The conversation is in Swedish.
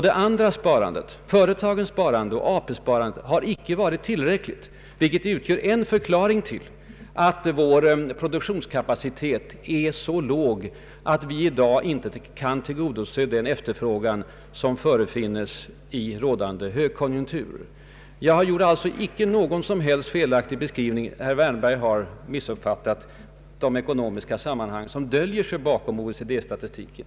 Det andra sparandet, företagssparandet och AP-sparandet har icke heller varit tillräckligt, vilket utgör en förklaring till att vår produktionskapacitet är så låg att vi i dag inte kan tillgodose den efterfrågan som förefinns i rådande högkonjunktur. Jag gjorde alltså icke någon som helst felaktig beskrivning. Herr Wärnberg har missuppfattat det ekonomiska sammanhang som döljer sig bakom OECD statistiken.